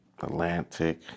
Atlantic